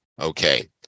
Okay